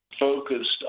focused